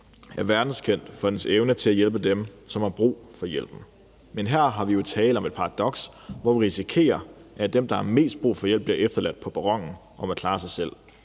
er verdenskendt for dens evne til at hjælpe dem, som har brug for hjælp. Men her er der jo tale om et paradoks, hvor vi risikerer, at dem, der har mest brug for hjælp, bliver efterladt på perronen og må klare sig selv.